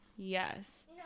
Yes